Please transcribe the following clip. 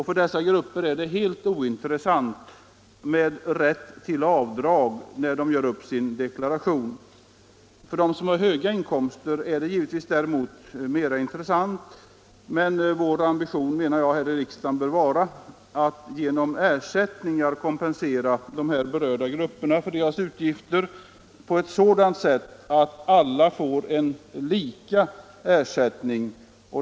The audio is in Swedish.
För dessa grupper är det helt ointressant om de har rätt till avdrag när de gör upp sina deklarationer. För dem som har höga inkomster är det däremot givetvis mer intressant. Men vår ambition här i riksdagen bör vara att genom ersättningar kompensera de berörda grupperna för deras utgifter på ett sådant sätt att alla får en lika stor ersättning.